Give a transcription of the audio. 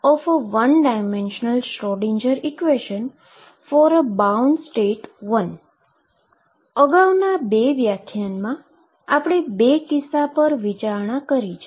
અગાઉના 2 વ્યાખ્યાનોમાં આપણે 2 કિસ્સા પર વિચારણા કરી છે